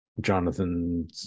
jonathan